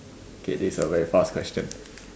okay this is a very fast question